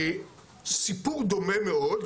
סיפור דומה מאוד,